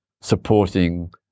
supporting